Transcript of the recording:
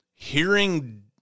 hearing